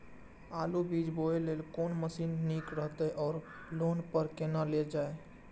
आलु बीज बोय लेल कोन मशीन निक रहैत ओर लोन पर केना लेल जाय?